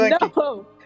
No